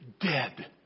dead